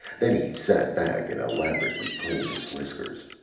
then he sat back and elaborately cleaned his whiskers.